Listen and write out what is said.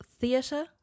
theatre